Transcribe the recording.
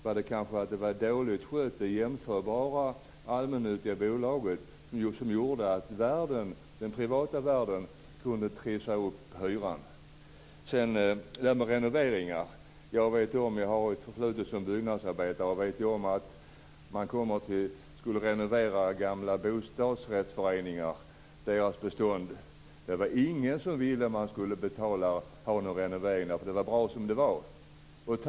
Var det faktumet att det jämförbara allmännyttiga bostadsbolaget var dåligt skött som gjorde att den privata värden kunde trissa upp hyran? Vad gäller renoveringar kan jag säga att jag har ett förflutet som byggnadsarbetare. Vi skulle renovera gamla bostadsrättsföreningars bestånd. Ingen ville att man skulle renovera, därför att det var bra som det var.